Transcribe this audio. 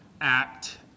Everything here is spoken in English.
act